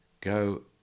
go